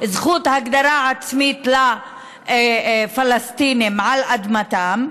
זכות הגדרה עצמית לפלסטינים על אדמתם,